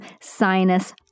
sinus